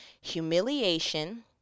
humiliation –